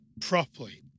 properly